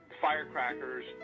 Firecrackers